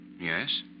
Yes